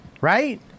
right